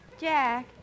Jack